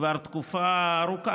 כבר תקופה ארוכה,